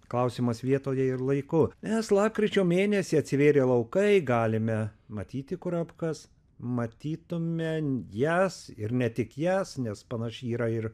klausimas vietoje ir laiku nes lapkričio mėnesį atsivėrė laukai galime matyti kurapkas matytume jas ir ne tik jas nes panaši yra ir